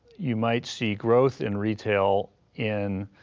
you might see growth in retail in